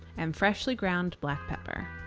and freshly ground black pepper.